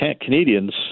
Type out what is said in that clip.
Canadians